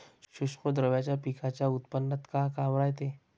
सूक्ष्म द्रव्याचं पिकाच्या उत्पन्नात का काम रायते?